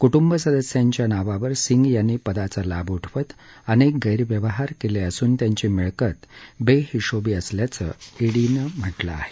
कुटुंब सदस्यांच्या नावावर सिंग यांनी पदाचा लाभ उठवत अनेक गैरव्यवहार केले असून त्यांची मिळकत बेहिशोबी असल्याचं ईडीनं स्पष्ट केलं आहे